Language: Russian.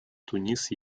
тунис